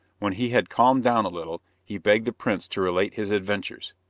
when he had calmed down a little, he begged the prince to relate his adventures.